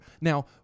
Now